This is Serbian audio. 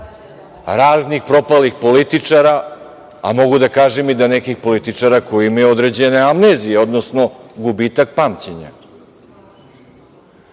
raznih propalih političara, a mogu da kažem i da nekih političara koji imaju određene amnezije, odnosno gubitak pamćenja.